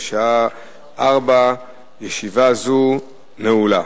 בשעה 16:00. ישיבה זו נעולה.